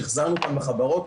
שהחזרנו אותם לחברות.